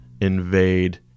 invade